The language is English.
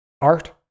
art